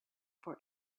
for